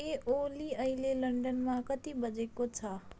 ए ओली अहिले लन्डनमा कति बजेको छ